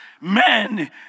men